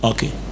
Okay